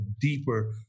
deeper